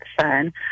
son